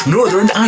Northern